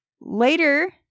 Later